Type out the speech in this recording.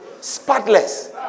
spotless